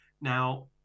Now